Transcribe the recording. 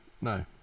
No